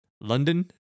London